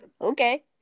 Okay